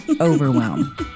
overwhelm